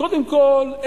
קודם כול,